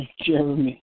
Jeremy